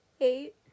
eight